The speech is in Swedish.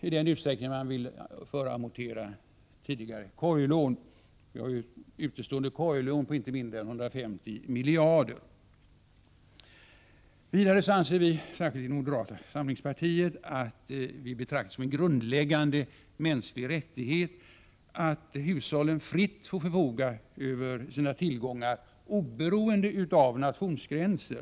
I den mån man vill föramortera tidigare korglån motverkas också detta — vi har ju utestående korglån på inte mindre än 150 miljarder. Särskilt vi inom moderata samlingspartiet betraktar det som en grundläggande mänsklig rättighet att hushållen fritt får förfoga över sina tillgångar, oberoende av nationsgränser.